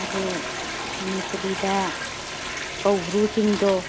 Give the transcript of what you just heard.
ꯑꯗꯣ ꯃꯅꯤꯄꯨꯔꯤꯗ ꯀꯧꯕ꯭ꯔꯨ ꯆꯤꯡꯗꯣ